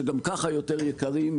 שגם כך יותר יקרים,